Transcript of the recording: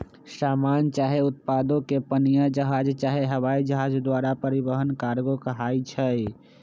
समान चाहे उत्पादों के पनीया जहाज चाहे हवाइ जहाज द्वारा परिवहन कार्गो कहाई छइ